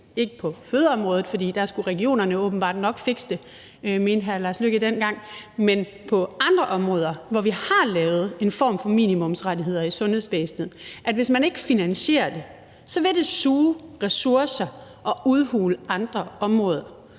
ikke på fødeområdet – for der skulle regionerne åbenbart nok fikse det, som hr. Lars Løkke Rasmussen dengang mente – men på andre områder, hvor vi har lavet en form for minimumsrettigheder i sundhedsvæsenet, at det, hvis man ikke finansierer det, så vil suge ressourcer og udhule andre områder.